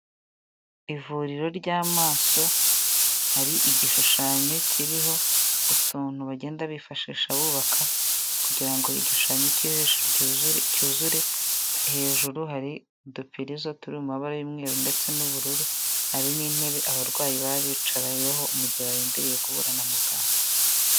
Ivuriro ry'amaso, hari igishushanyo kiriho utuntu bagenda bifashisha bubaka kugira ngo igishushanyo cy'ijisho cyuzure, hejuru hari udupirizo turi mu mababara y'umweru ndetse n'ubururu, hari n'intebe abarwayi baba bicayeho mu gihe barindiriye guhura na muganga.